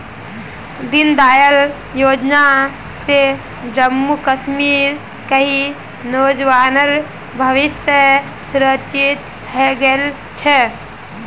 दीनदयाल योजना स जम्मू कश्मीरेर कई नौजवानेर भविष्य सुरक्षित हइ गेल छ